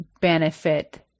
benefit